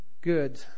Good